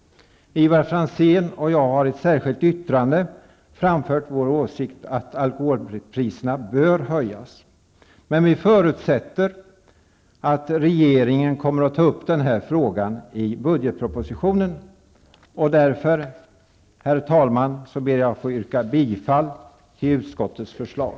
Ivar Franzén och jag har i ett särskilt yttrande framfört vår åsikt att alkoholpriserna bör höjas. Vi förutsätter att regeringen kommer att ta upp den här frågan i budgetpropositionen, och därför, herr talman, ber jag att få yrka bifall till utskottets förslag.